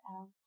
out